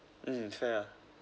mm fair ah